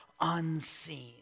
unseen